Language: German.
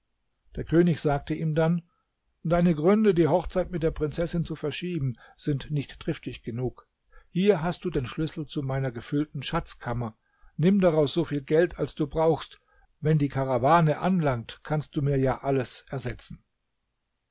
der könig sagte ihm dann deine gründe die hochzeit mit der prinzessin zu verschieben sind nicht triftig genug hier hast du den schlüssel zu meiner gefüllten schatzkammer nimm daraus so viel geld als du brauchst wenn die karawane anlangt kannst du mir ja alles ersetzen